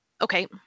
Okay